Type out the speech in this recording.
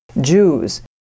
Jews